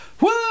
Woo